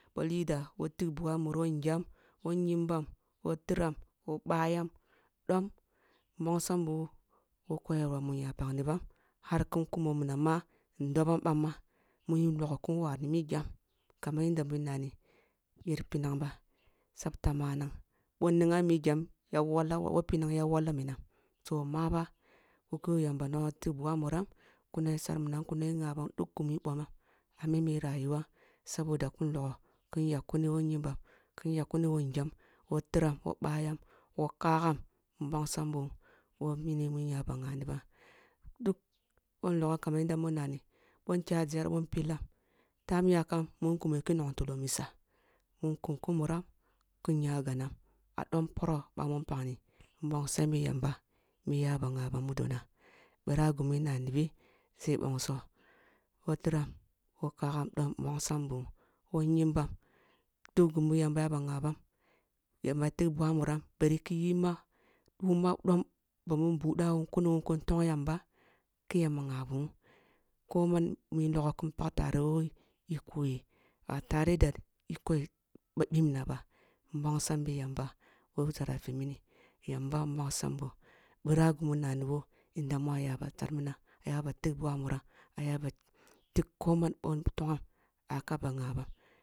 Wa lidua who tigh bugo a muru who ngyam, who nyimbam, who tiram, who bayam dom mbongsam boh who koyiwa mu nya pagnoobam hark un kumo musin ma ndobam bamma un logho kun wari mi gyam kaman yanda mun aani inyar pinang ba tsabte manangg, boh in igam mi gyam wo pinancy ya wolloh minoh, toh maba boh kareh yamba nonoh tigh bugu a muram kuma sar minan kur logh ngabam duk gumu in bo moh a mimi rayuwa sabodo kun waoh kin yakkum who nyimbam, kin yakkuni who ngyam who tiram who bayam who kagam mbongsam boh who mini mu nyaba nganibam duk boh in logahm kaman yanda mun n ani boh meyam a nzer boh mpillam time yakam mu nkumo kin logh tulo mida kin kum ku muram kin ya ganam dom poroh bamun mpagni mbongsambi yamba mu yaba ngaban mudoni borah gimi nanibi sai k bongsoh who tiram, who kagam dom mbongsam buwun who nyimbam duk gumu yamba y aba nghabam yamba tigh big a muram bari ki yima ku wun ma dom bamu mbudawun ku niwun kun tong yamba ki yamba nghabuwuu ko man mu yin logh kun pagh tareh who yi yikoyi ba tareh da iko ba ɓibra bah mbongsam bi yamba who bira gumu meniboh yamba ayar ba terminam aye ba tigh bug o a muram ayeba tik koman boh togham, ah yak aba ngbabam